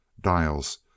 Dials